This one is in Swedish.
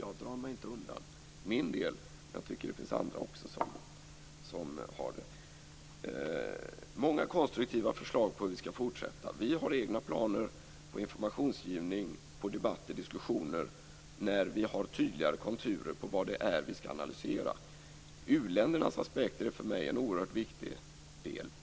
Jag drar mig inte undan från min del, men jag tycker att också andra skall ta åt sig. Vi har många konstruktiva förslag till fortsatt arbete. Vi har egna planer på informationsgivning, debatter och diskussioner när vi får tydligare konturer på det som vi skall analysera. U-ländernas aspekter är för mig oerhört viktiga.